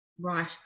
Right